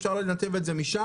אפשר לנתב את זה משם,